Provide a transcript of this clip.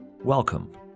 Welcome